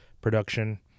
production